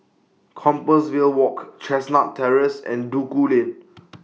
Compassvale Walk Chestnut Terrace and Duku Lane